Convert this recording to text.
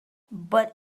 but